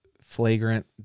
flagrant